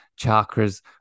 chakras